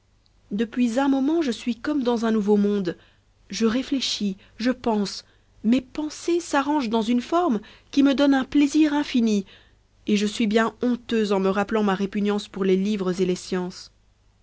depuis un moment je suis comme dans un nouveau monde je réfléchis je pense mes pensées s'arrangent dans une forme qui me donne un plaisir infini et je suis bien honteuse en me rappelant ma répugnance pour les livres et les sciences